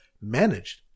managed